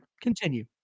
Continue